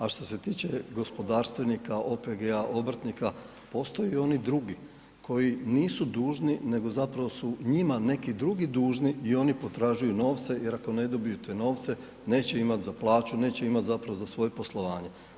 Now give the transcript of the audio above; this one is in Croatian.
A što se tiče gospodarstvenika, OPG, obrtnika postoje oni drugi koji nisu dužni nego zapravo su njima neki drugi dužni i oni potražuju novce jer ako ne dobiju te novce neće imati za plaću, neće imati zapravo za svoje poslovanje.